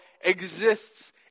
exists